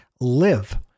live